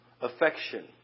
affection